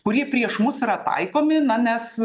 kurie prieš mus yra taikomi nes